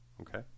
okay